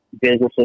businesses